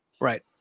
Right